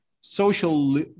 social